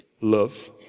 love